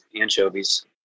anchovies